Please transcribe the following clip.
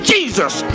Jesus